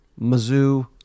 Mizzou